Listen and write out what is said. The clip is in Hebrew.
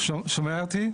שומע אותי?